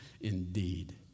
Indeed